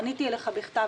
פניתי אליך בכתב,